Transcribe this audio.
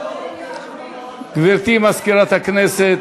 גברתי מזכירת הכנסת,